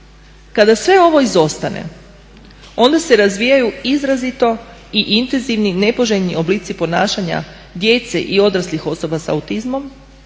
Kada sve ovo izostane onda se razvijaju izrazito i intenzivni nepoželjni oblici ponašanja djece i odraslih osoba s autizmom,